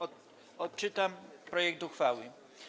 Odczytam projekt uchwały.